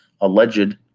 alleged